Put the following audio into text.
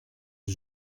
της